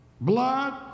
blood